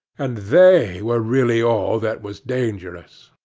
and they were really all that was dangerous.